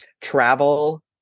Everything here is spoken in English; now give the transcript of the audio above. travel